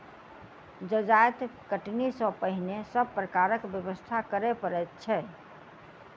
जजाति कटनी सॅ पहिने सभ प्रकारक व्यवस्था करय पड़ैत छै